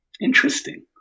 interesting